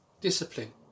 Discipline